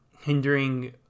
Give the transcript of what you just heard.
hindering